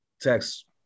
text